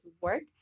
work